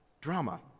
drama